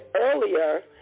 earlier